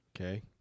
Okay